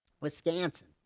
Wisconsin